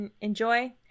enjoy